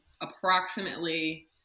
approximately –